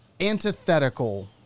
antithetical